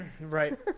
Right